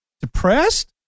Depressed